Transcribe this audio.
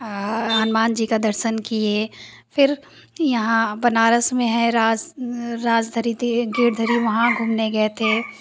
हनुमान जी का दर्शन किये फिर यहाँ बनारस में है राज राजधरी गिरधरी वहाँ घूमने गये थे